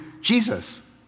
Jesus